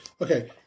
Okay